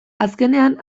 azkenean